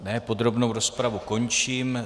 Ne, podrobnou rozpravu končím.